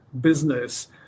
business